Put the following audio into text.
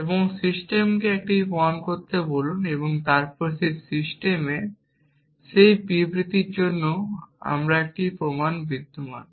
এবং সিস্টেমকে এটি প্রমাণ করতে বলুন তারপর সেই সিস্টেমে সেই বিবৃতির জন্য একটি প্রমাণ বিদ্যমান